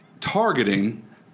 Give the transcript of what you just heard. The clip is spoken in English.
targeting